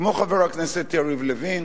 כמו חבר הכנסת יריב לוין